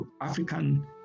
African